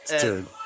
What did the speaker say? dude